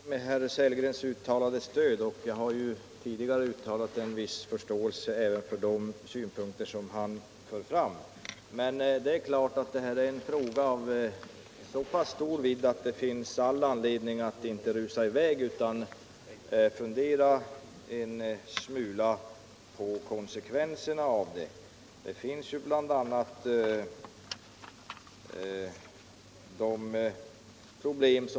Herr talman! Jag uppskattar herr Sellgrens uttalade stöd i denna fråga, och jag har tidigare framfört att jag har en viss förståelse för herr Sellgrens synpunkter. Frågan är emellertid av så stor vidd att det finns all anledning att inte rusa i väg utan att fundera en smula över konsekvenserna av ett fraktstöd av den typ som föreslagits.